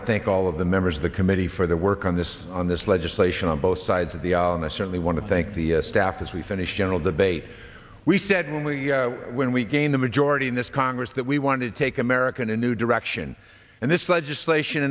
to thank all of the members of the committee for the work on this on this legislation on both sides of the on this certainly want to thank the staff as we finish general debate we said when we when we gain the majority in this congress that we want to take american a new direction and this legislation